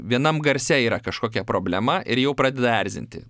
vienam garse yra kažkokia problema ir jau pradeda erzinti